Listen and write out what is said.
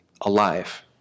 alive